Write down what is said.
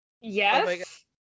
Yes